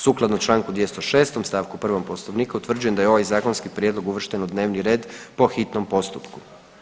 Sukladno čl. 206. st. 1. poslovnika utvrđujem da je ovaj zakonski prijedlog uvršten u dnevni red po hitnom postupku.